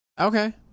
Okay